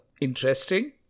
interesting